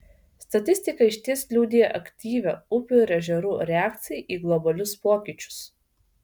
statistika išties liudija aktyvią upių ir ežerų reakciją į globalius pokyčius